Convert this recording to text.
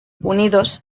unidos